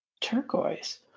Turquoise